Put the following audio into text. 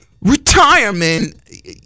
retirement